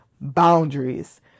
boundaries